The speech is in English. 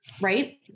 Right